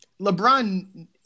LeBron